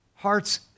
Hearts